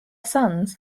sons